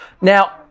Now